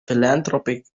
philanthropic